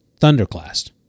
thunderclast